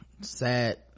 sad